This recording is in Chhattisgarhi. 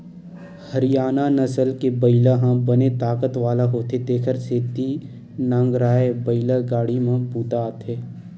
हरियाना नसल के बइला ह बने ताकत वाला होथे तेखर सेती नांगरए बइला गाड़ी म बूता आथे